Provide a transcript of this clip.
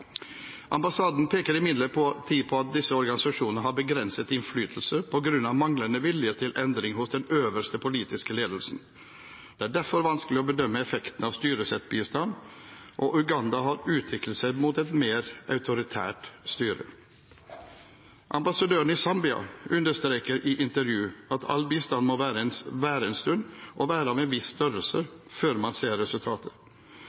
Ambassaden peker imidlertid på at disse organisasjonene har begrenset innflytelse på grunn av manglende vilje til endring hos den øverste politiske ledelsen. Det er derfor vanskelig å bedømme effekten av styresettbistand, og Uganda har utviklet seg mot et mer autoritært styre. Ambassadøren i Zambia understreker i intervju at all bistand må vare en stund og være av en viss